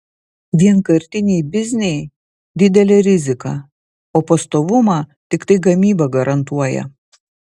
vienkartiniai bizniai didelė rizika o pastovumą tiktai gamyba garantuoja